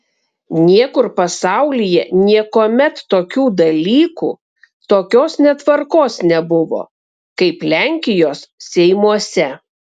niekur pasaulyje niekuomet tokių dalykų tokios netvarkos nebuvo kaip lenkijos seimuose